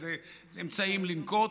איזה אמצעים לנקוט.